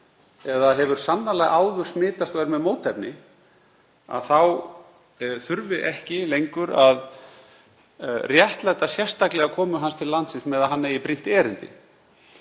eða hefur sannarlega áður smitast og er með mótefni, þurfi ekki lengur að réttlæta sérstaklega komu hans til landsins með því að hann eigi brýnt erindi.